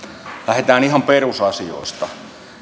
lähdetään ihan perusasioista